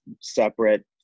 separate